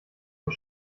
und